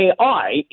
AI